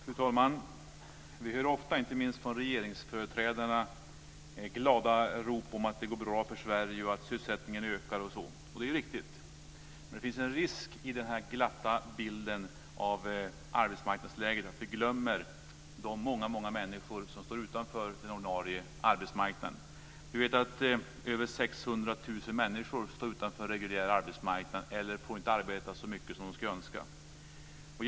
Fru talman! Vi hör ofta, inte minst från regeringsföreträdarna, glada rop om att det går bra för Sverige, att sysselsättningen ökar osv., och det är riktigt, men det finns en risk i den här glatta bilden av arbetsmarknadsläget: att vi glömmer de många människor som står utanför den ordinarie arbetsmarknaden. Över 600 000 människor står utanför den reguljära arbetsmarknaden eller får inte arbeta så mycket som de skulle önska.